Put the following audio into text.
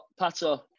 pato